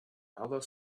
other